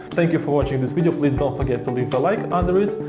thank you for watching this video. please don't forget to leave a like under it.